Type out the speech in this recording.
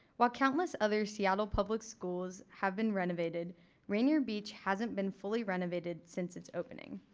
while countless other seattle public schools have been renovated rainier beach hasn't been fully renovated since its opening.